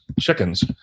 Chickens